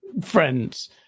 friends